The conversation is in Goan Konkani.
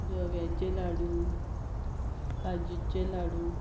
जव्याचें लाडू खाजीचे लाडू